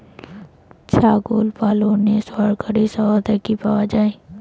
ছাগল পালনে সরকারি সহায়তা কি পাওয়া যায়?